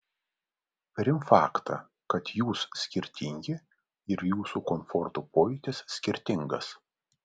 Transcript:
priimk faktą kad jūs skirtingi ir jūsų komforto pojūtis skirtingas